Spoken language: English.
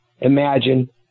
imagine